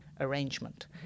arrangement